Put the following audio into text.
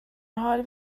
حال